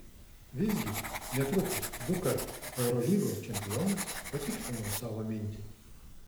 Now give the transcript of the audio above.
visgi netrukus dukart eurolygos čempionas patikslino savo mintį